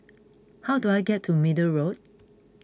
how do I get to Middle Road